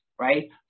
right